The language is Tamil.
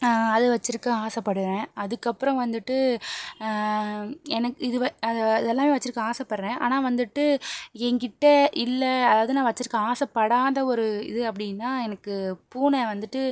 அது வச்சிருக்க ஆசைப்படுறேன் அதுக்கு அப்புறம் வந்துட்டு எனக்கு எது வர அது எல்லாமே வச்சிருக்க ஆசைப்படுறேன் ஆனால் வந்துட்டு என்கிட்ட இல்லை அதாவது நான் வச்சிருக்க ஆசைப்படாத ஒரு இது அப்படின்னா எனக்கு பூனை வந்துட்டு